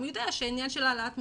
יודע שהעניין של העלאת מודעות,